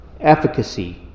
efficacy